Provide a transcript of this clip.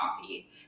coffee